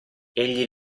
egli